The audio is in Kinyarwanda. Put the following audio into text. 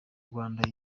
rwanda